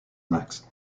max